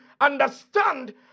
understand